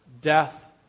Death